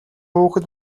хүүхэд